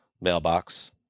mailbox